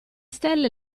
stelle